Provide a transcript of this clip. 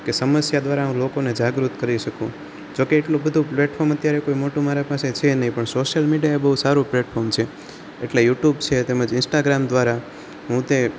કે સમસ્યા દ્વારા હું લોકોને જાગૃત કરી શકું જોકે એટલું બધું પ્લેટફોર્મ અત્યારે કોઈ મારા પાસે છે નહીં પણ સોસિયલ મીડિયા એ બહુ સારું પ્લેટફોર્મ છે એટલે યૂટ્યૂબ છે તેમ જ ઇન્સ્ટાગ્રામ દ્વારા હું તે